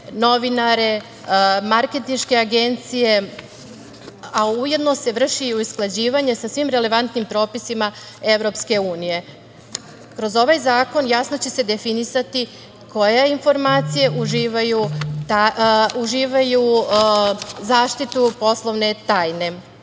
novinare, marketinške agencije, a ujedno se vrši i usklađivanje sa svim relevantnim propisima EU.Kroz ovaj zakon jasno će se definisati koje informacije uživaju zaštitu poslovne tajne.